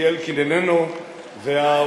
כי אלקין איננו והאופוזיציה,